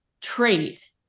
trait